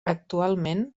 actualment